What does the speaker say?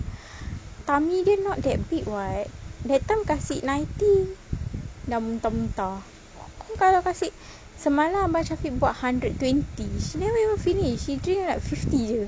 tummy dia not that big [what] that time kasi ninety dah muntah-muntah aku kalau kasi semalam macam buat hundred twenty she never even finish she drink like fifty jer